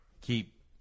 keep